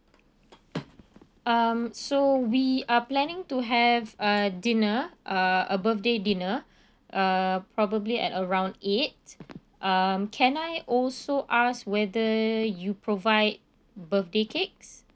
um so we are planning to have uh dinner uh a birthday dinner uh probably at around eight um can I also ask whether you provide birthday cakes